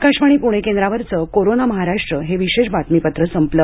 आकाशवाणी पुणे केंद्रावरच कोरोना महाराष्ट्र हे विशेष बातमीपत्र संपल